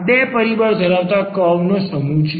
આ બે પરિબળ ધરાવતા કર્વ નો સમૂહ છે